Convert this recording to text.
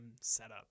setup